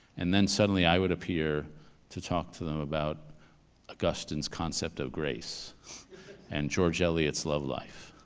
and then suddenly i would appear to talk to them about augustine's concept of grace and george eliot's love life.